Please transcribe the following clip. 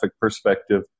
perspective